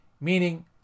Meaning